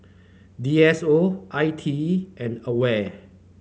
D S O I T E and Aware